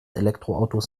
elektroautos